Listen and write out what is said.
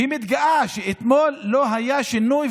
והיא מתגאה שאתמול לא היה שינוי,